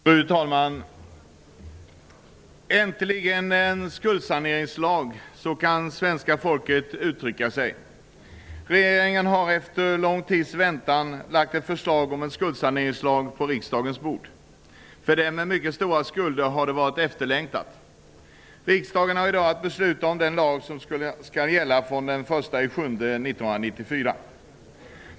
Fru talman! Äntligen en skuldsaneringslag! Så kan svenska folket uttrycka sig. Regeringen har efter lång tid lagt ett förslag om en skuldsaneringslag på riksdagens bord. För dem med mycket stora skulder har det varit efterlängtat. Riksdagen har i dag att fatta beslut om denna lag som skall gälla från den 1 juli 1994.